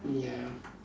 ya